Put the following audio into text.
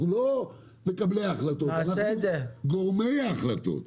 אנחנו לא מקבלי ההחלטות, אנחנו גורמי ההחלטות.